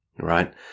Right